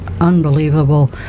unbelievable